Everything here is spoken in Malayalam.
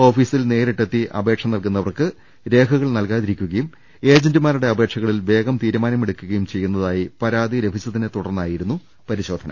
ഓഫീസിൽ നേരിട്ടെത്തി അപേക്ഷ നൽകുന്നവർക്ക് രേഖകൾ നൽകാതിരിക്കുകയും ഏജന്റുമാരുടെ അപേക്ഷ കളിൽ വേഗം തീരുമാനമെടുക്കുകയും ചെയ്യുന്നതായി പരാതി ലഭിച്ചതിനെ തുടർന്നായിരുന്നു പരിശോധന